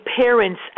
parents